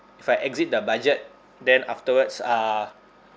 if I exit the budget then afterwards uh